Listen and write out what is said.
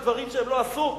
על דברים שהם לא עשו,